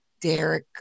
Derek